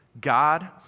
God